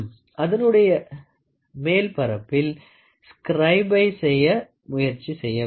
அதனுடைய மேல் பரப்பில் ஸ்கிரைப் செய்ய முயற்சி செய்ய வேண்டும்